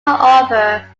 offer